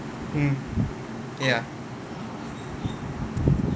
mm ya